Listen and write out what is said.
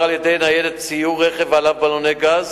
על-ידי ניידת סיור רכב ועליו בלוני גז